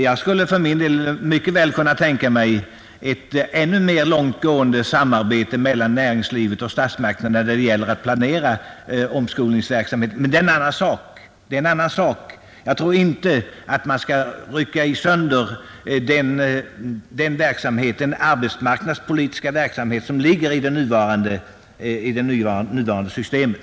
Jag skulle för min del mycket väl kunna tänka mig ett ännu mer långtgående samarbete mellan näringslivet och statsmakterna när det gäller att planera omskolningsverksamheten om detta blir aktuellt, men det är en annan sak. Jag tror inte att man bör bryta sönder den arbetsmarknadspolitiska verksamhet som ligger i det nuvarande systemet.